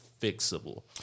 fixable